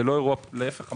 זה לא אירוע פשוט.